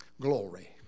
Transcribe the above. Glory